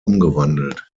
umgewandelt